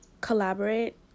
collaborate